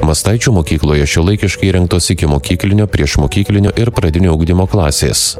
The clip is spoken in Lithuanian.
mastaičių mokykloje šiuolaikiškai įrengtos ikimokyklinio priešmokyklinio ir pradinio ugdymo klasės